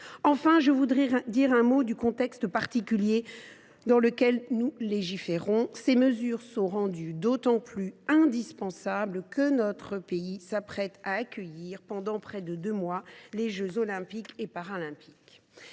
Enfin, je voudrais dire un mot du contexte particulier dans lequel nous légiférons : ces mesures sont rendues d’autant plus indispensables que notre pays s’apprête à accueillir, pendant près de deux mois, les jeux Olympiques et Paralympiques.